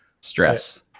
stress